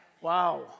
Wow